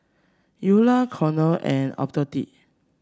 Ula Conor and Obed